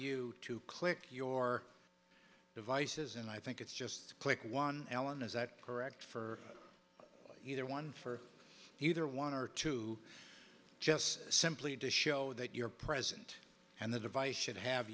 you to click your devices and i think it's just click one ellen is that correct for either one for either one or two just simply to show that you're present and the device should have